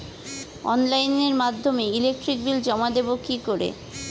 অনলাইনের মাধ্যমে electric bill জমা দেবো কি করে?